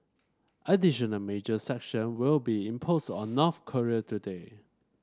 additional major sanction will be imposed on North Korea today